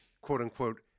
quote-unquote